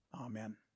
Amen